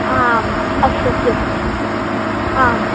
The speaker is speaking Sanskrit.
आम् अस्तु अस्तु आम्